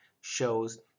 shows